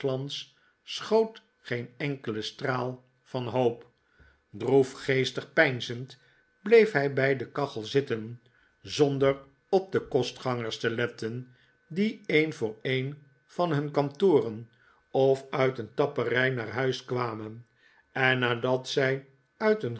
schoot geen enkele straal van hoop droefgeestig peinzend bleef hij bij de kachel zitten zonder op de kostgangers te letten die een voor een van hun kantoren of uit een tapperij naar huis kwamen en nadat zij uit een